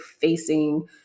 facing